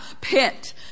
pit